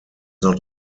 not